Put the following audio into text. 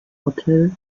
hotel